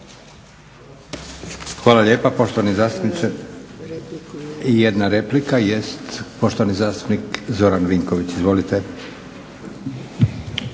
Hvala lijepa. Nova replika i poštovani zastupnik Zoran Vinković. Izvolite.